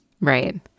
Right